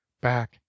back